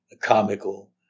Comical